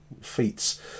feats